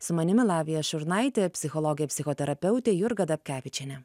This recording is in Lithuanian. su manimi lavija šurnaite psichologė psichoterapeutė jurga dapkevičienė